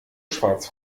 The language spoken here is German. schwarz